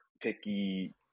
picky